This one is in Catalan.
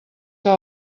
que